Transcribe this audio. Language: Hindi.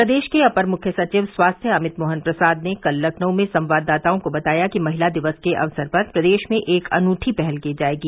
प्रदेश के अपर मुख्य सचिव स्वास्थ्य अमित मोहन प्रसाद ने कल लखनऊ में संवाददाताओं को बताया कि महिला दिवस के अवसर पर प्रदेश में एक अनूठी पहल की जायेगी